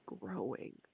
growing